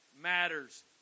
matters